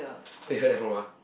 where you heard that from ah